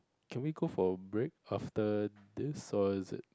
can we go for break after this or is it